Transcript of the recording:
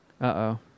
Uh-oh